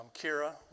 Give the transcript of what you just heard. Kira